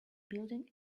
building